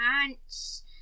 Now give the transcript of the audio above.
pants